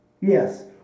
Yes